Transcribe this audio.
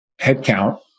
headcount